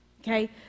Okay